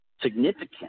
significant